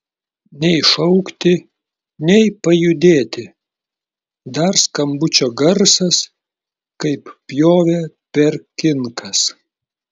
nei šaukti nei pajudėti dar skambučio garsas kaip pjovė per kinkas